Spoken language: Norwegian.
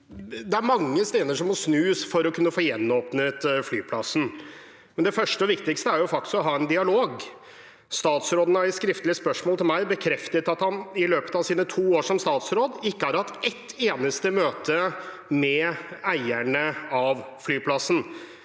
Det er mange stener som må snus for å kunne få gjenåpnet flyplassen. Det første og viktigste er faktisk å ha en dialog. Statsråden har i skriftlig spørsmål til meg bekreftet at han i løpet av sine to år som statsråd ikke har hatt ett eneste møte med eierne av flyplassen.